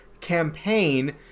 campaign